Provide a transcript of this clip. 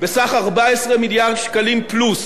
בסך 14 מיליארד שקלים פלוס